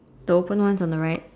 the open one is on the right